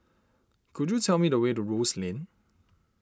could you tell me the way to Rose Lane